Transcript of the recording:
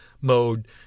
mode